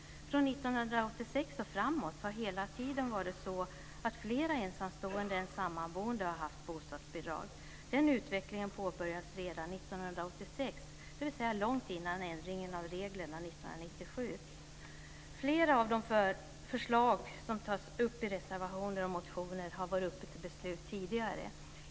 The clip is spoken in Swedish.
Från 1986 och framåt har det hela tiden varit så att flera ensamstående än sammanboende haft bostadsbidrag. Den utvecklingen påbörjades redan 1986, dvs. långt före ändringen av reglerna 1997. Flera av de förslag som tas upp i reservationer och motioner har utskottet haft uppe till avgörande tidigare.